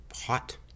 hot